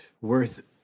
worth